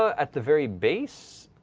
ah at the very base